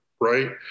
right